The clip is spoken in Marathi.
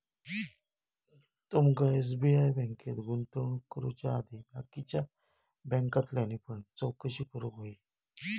तुमका एस.बी.आय बँकेत गुंतवणूक करुच्या आधी बाकीच्या बॅन्कांतल्यानी पण चौकशी करूक व्हयी